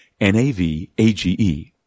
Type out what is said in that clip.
N-A-V-A-G-E